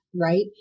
right